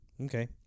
Okay